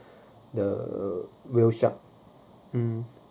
the whale shark uh